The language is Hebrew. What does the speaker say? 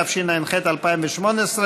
התשע"ח 2018,